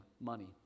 money